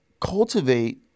Cultivate